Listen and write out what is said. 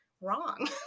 wrong